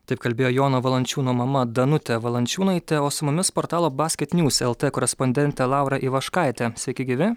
taip kalbėjo jono valančiūno mama danutė valančiūnaitė o su mumis portalo basket nius lt korespondentė laura ivaškaitė sveiki gyvi